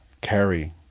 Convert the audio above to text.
carry